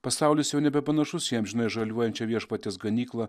pasaulis jau nebepanašus į amžinai žaliuojančią viešpaties ganyklą